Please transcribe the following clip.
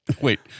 wait